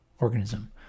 organism